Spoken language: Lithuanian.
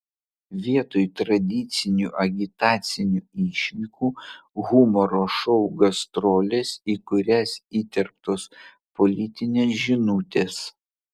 vietoj tradicinių agitacinių išvykų humoro šou gastrolės į kurias įterptos politinės žinutės